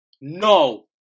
no